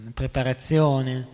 preparazione